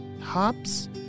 hops